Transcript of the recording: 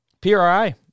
PRI